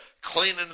cleaning